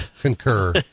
concur